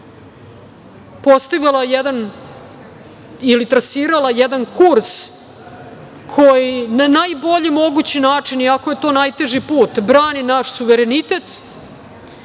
postavila jedan ili trasirala jedan kurs koji na najbolji mogući način, iako je to najteži put, brani naš suverenitet,